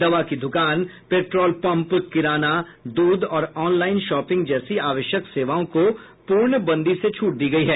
दवा की दुकान पेट्रोल पम्प किराना दूध और ऑनलाइन शॉपिंग जैसी आवश्यक सेवाओं को पूर्णबंदी से छूट दी गई है